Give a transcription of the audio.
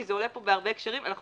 כי זה עולה פה בהרבה הקשרים אנחנו